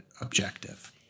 objective